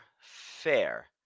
Fair